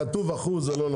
כתוב 1%, זה לא נכון.